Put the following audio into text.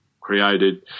created